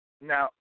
Now